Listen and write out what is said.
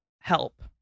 help